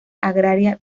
agraria